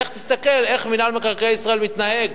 לך תסתכל איך מינהל מקרקעי ישראל מתנהג